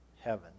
heaven